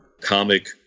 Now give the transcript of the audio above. comic